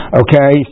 okay